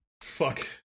fuck